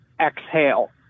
exhale